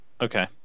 Okay